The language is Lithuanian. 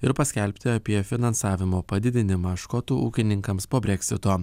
ir paskelbti apie finansavimo padidinimą škotų ūkininkams po breksito